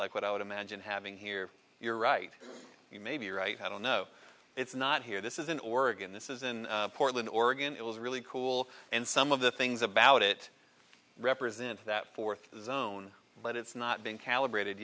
like what i would imagine having here you're right you may be right i don't know it's not here this is in oregon this is in portland oregon it was really cool and some of the things about it represent that fourth zone but it's not being calibrate